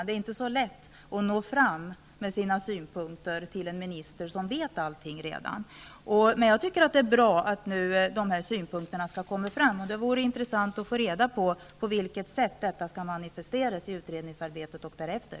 Det är inte så lätt att nå fram med sina synpunkter till en minister som redan vet allting. Det är bra att de här synpunkterna nu har kommit fram, och det vore intressant att få reda på hur detta skall manifesteras i utredningsarbetet och därefter.